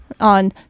on